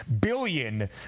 billion